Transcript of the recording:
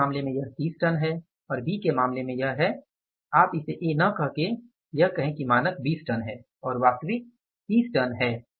ए के मामले में यह 20 टन है और बी के मामले में यह है आप इसे ए न कहके यह कहे की मानक 20 टन है और वास्तविक 30 टन है